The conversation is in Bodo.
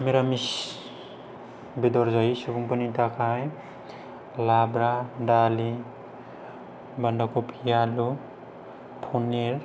मिरामिस बेदर जायै सुबुंफोरनि थाखाय लाब्रा दालि बानदाखफि आलु पनिर